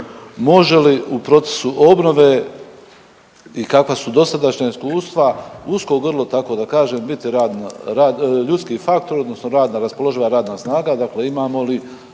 može li u procesu obnove i kakva su dosadašnja iskustva, usko grlo tako da kažem biti ljudski faktor odnosno raspoloživa radna snaga, dakle imamo li